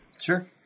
Sure